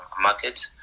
market